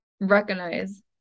recognize